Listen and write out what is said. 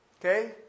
Okay